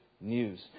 news